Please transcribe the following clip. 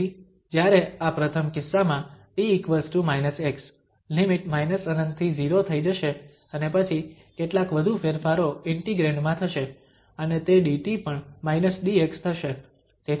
તેથી જ્યારે આ પ્રથમ કિસ્સામાં t x લિમિટ −∞ થી 0 થઈ જશે અને પછી કેટલાક વધુ ફેરફારો ઇન્ટિગ્રેન્ડ માં થશે અને તે dt પણ −dx થશે